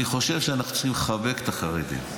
אני חושב שאנחנו צריכים לחבק את החרדים,